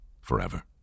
forever